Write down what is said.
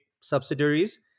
subsidiaries